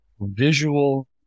visual